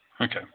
Okay